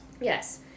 Yes